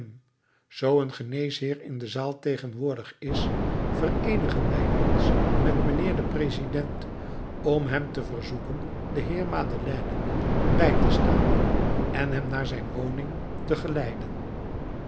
zoo een geneesheer in de zaal tegenwoordig is vereenigen wij ons met mijnheer den president om hem te verzoeken den heer madeleine bij te staan en hem naar zijn woning te geleiden